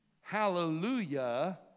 Hallelujah